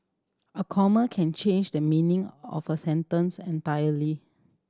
a comma can change the meaning of a sentence entirely